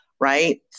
right